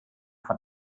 von